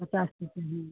पचास रुपये है